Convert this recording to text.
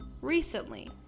recently